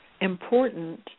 important